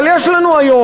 אבל יש לנו היום,